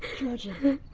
georgie